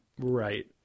Right